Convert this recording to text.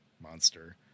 monster